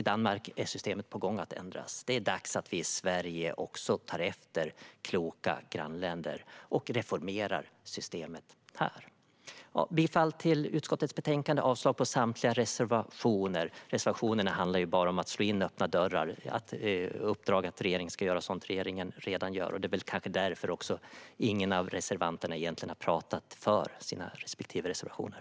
I Danmark är en förändring av systemet på gång. Det är dags att vi i Sverige också tar efter kloka grannländer och reformerar systemet här. Jag yrkar bifall till utskottets förslag och avslag på samtliga reservationer. Reservationerna handlar ju bara om att slå in öppna dörrar genom att ge regeringen i uppdrag att göra sådant den redan gör. Det är väl kanske därför som ingen av reservanterna egentligen har talat för sina respektive reservationer.